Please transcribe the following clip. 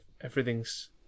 everything's